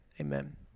Amen